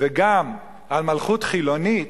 וגם על מלכות חילונית,